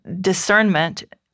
discernment